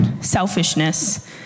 selfishness